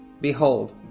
Behold